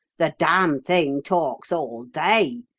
the damn thing talks all day,